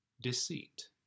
deceit